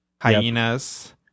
Hyenas